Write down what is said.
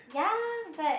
ya but